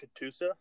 Katusa